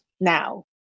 now